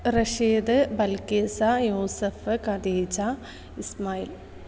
Rasheed Balkees Yusuf Khadeeja Ismail